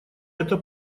это